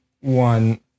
One